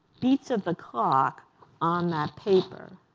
beats of the clock on that paper.